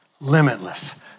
limitless